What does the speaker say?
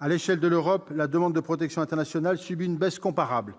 À l'échelle de l'Europe, la demande de protection internationale subit une baisse comparable